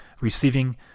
receiving